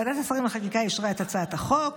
ועדת השרים לחקיקה אישרה את הצעת החוק.